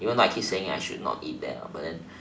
even though I keep saying I should not eat that but then